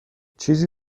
چیزی